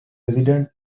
resided